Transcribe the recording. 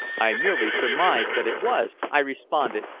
i merely surmised that it was, i responded,